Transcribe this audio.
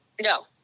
no